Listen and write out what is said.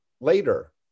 later